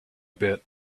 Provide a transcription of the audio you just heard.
bit